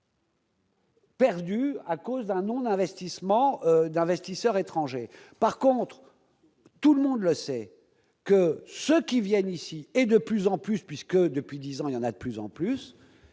Perdu à cause d'un on a investissement d'investisseurs étrangers, par contre, tout le monde le sait que ceux qui viennent ici, et de plus en plus puisque, depuis 10 ans, il y en a plus, en plus,